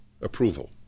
approval